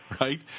right